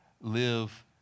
live